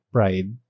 Pride